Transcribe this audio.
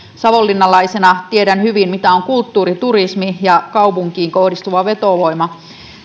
savonlinnalaisena tiedän hyvin mitä on kulttuuriturismi ja kaupunkiin kohdistuva vetovoima